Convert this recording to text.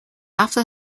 after